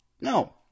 No